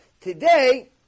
Today